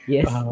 Yes